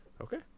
okay